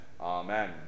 Amen